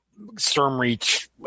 Stormreach